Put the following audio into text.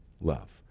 love